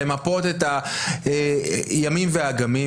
למפות את הימים והאגמים.